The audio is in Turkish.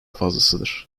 fazlasıdır